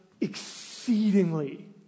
exceedingly